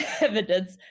evidence